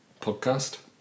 podcast